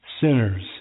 sinners